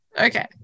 Okay